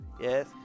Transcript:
Yes